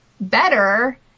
better